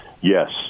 Yes